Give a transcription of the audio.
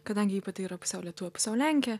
kadangi ji pati yra pusiau lietuvė pusiau lenkė